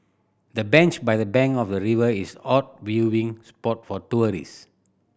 the bench by the bank of the river is out viewing spot for tourist